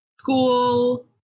school